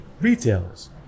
retailers